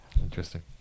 Interesting